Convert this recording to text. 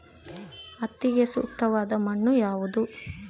ಹತ್ತಿಗೆ ಸೂಕ್ತವಾದ ಮಣ್ಣು ಯಾವುದು?